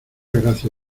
gracia